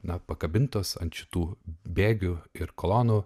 na pakabintos ant šitų bėgių ir kolonų